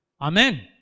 Amen